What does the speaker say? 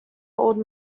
old